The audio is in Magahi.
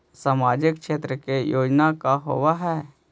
सामाजिक क्षेत्र के योजना का होव हइ?